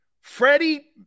Freddie